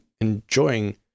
enjoying